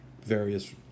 various